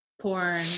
porn